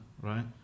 Right